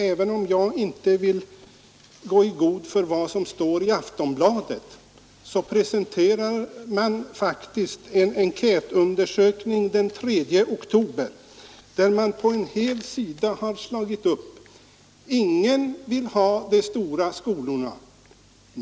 Även om jag inte vill gå i god för vad som står i Aftonbladet, vill jag peka på att man där den 3 oktober faktiskt presenterat en enkätundersökning med följande rubrik över en hel sida: ”Ingen vill ha de stora skolorna!